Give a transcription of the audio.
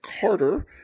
Carter